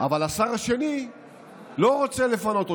אבל השר השני לא רוצה לפנות אותו.